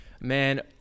man